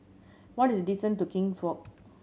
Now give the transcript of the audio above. what is the distance to King's Walk